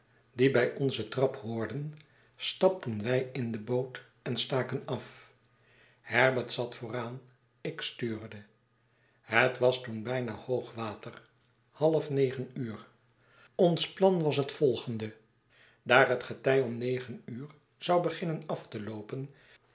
die bij onze trap behoorden stapten wij in de boot en staken af herbert zat vooraan ik stuurde het was toen bijna hoog water half negen uur ons plan was het volgende daar het getij om negen uur zou beginnen af te loopen